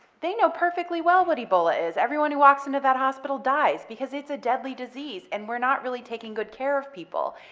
they know perfectly well what ebola is, everyone who walks into that hospital dies because it's a deadly disease, and we're not really taking good care of people,